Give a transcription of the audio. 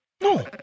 No